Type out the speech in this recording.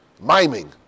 miming